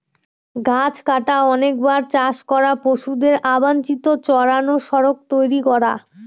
গাছ কাটা, অনেকবার চাষ করা, পশুদের অবাঞ্চিত চড়ানো, সড়ক তৈরী করা